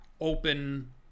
Open